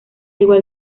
igual